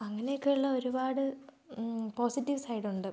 അങ്ങനെയൊക്കെയുള്ള ഒരുപാട് പോസിറ്റീവ് സൈഡുണ്ട്